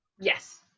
Yes